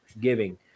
giving